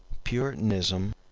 puritanism,